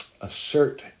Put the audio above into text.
assert